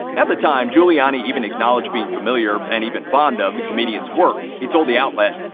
at the time, giuliani even acknowledged being familiar and even fond of the comedian's work. he told the outlet,